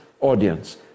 audience